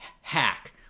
hack